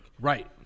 Right